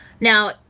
Now